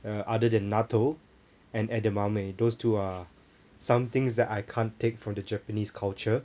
err other than natto and edamame those two are some things that I can't take from the japanese culture